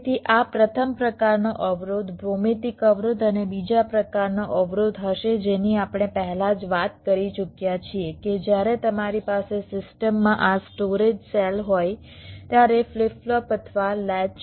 તેથી આ પ્રથમ પ્રકારનો અવરોધ ભૌમિતિક અવરોધ અને બીજા પ્રકારનો અવરોધ હશે જેની આપણે પહેલા જ વાત કરી ચૂક્યા છીએ કે જ્યારે તમારી પાસે સિસ્ટમમાં આ સ્ટોરેજ સેલ હોય ત્યારે ફ્લિપ ફ્લોપ અથવા લેચ